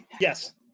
Yes